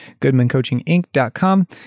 GoodmanCoachingInc.com